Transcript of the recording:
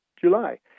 July